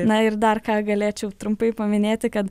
na ir dar ką galėčiau trumpai paminėti kad